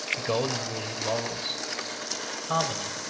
the golden rule in morals harmony,